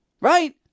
right